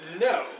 No